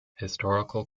historical